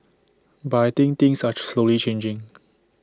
but I think things are slowly changing